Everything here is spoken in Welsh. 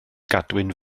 gadwyn